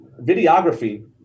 videography